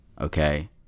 okay